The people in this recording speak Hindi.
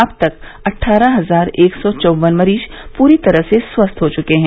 अब तक अट्ठारह हजार एक सौ चौवन मरीज पूरी तरह से स्वस्थ हो चुके हैं